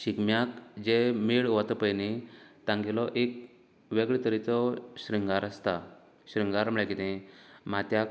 शिगम्याक जे मेळ वता पय न्ही तांगेलो एक वेगळे तरेचो श्रृंगार आसता श्रृंगार म्हळ्यार कितें माथ्याक